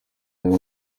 yari